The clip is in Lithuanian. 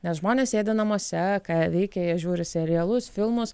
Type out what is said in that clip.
nes žmonės sėdi namuose ką jie veikia jie žiūri serialus filmus